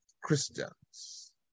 Christians